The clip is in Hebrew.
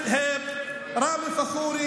נדים מלחם,